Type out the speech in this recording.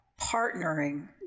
partnering